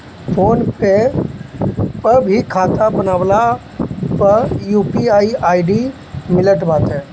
phone पे पअ भी खाता बनवला पअ यू.पी.आई आई.डी मिलत बाटे